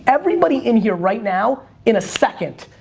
everybody in here right now in a second,